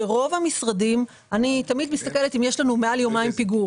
ברוב המשרדים אני תמיד מסתכלת אם יש לנו מאל יומיים פיגור.